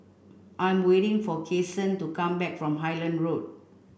I'm waiting for Kason to come back from Highland Road